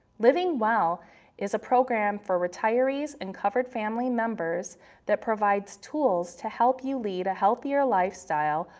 livingwell is a program for retirees and covered family members that provides tools to help you lead a healthier lifestyle,